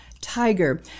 tiger